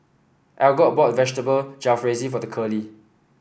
Algot bought Vegetable Jalfrezi for Curley